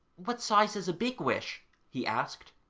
what size is a big wish he asked.